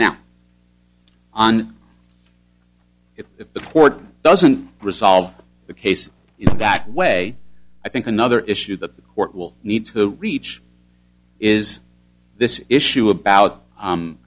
now on if the court doesn't resolve the case in that way i think another issue that the court will need to reach is this issue about